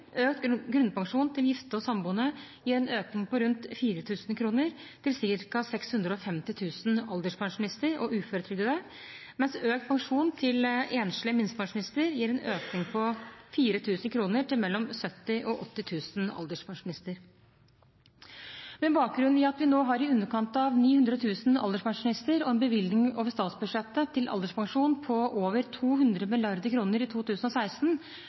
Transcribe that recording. Økt grunnpensjon til gifte og samboende gir en økning på rundt 4 000 kr til ca. 650 000 alderspensjonister og uføretrygdede, mens økt pensjon til enslige minstepensjonister gir en økning på 4 000 kr til mellom 70 000 og 80 000 alderspensjonister. Med bakgrunn i at vi nå har i underkant av 900 000 alderspensjonister og en bevilgning over statsbudsjettet til alderspensjon på over 200 mrd. kr i 2016,